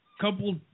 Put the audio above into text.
Couple